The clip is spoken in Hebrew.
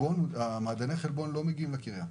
מעדני החלבון לא מגיעים לקריה,